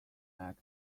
act